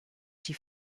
die